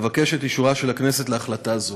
אבקש את אישורה של הכנסת להחלטה זו.